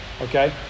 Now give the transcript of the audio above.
okay